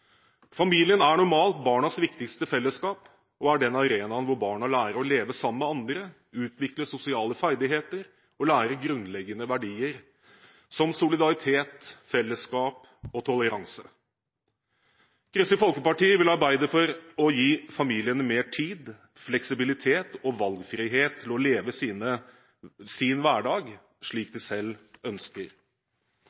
Familien er normalt barnas viktigste fellesskap, og er den arenaen hvor barn lærer å leve sammen med andre, utvikle sosiale ferdigheter og lære grunnleggende verdier som solidaritet, fellesskap og toleranse. Kristelig Folkeparti vil arbeide for å gi familiene mer tid, fleksibilitet og valgfrihet til å leve sin hverdag slik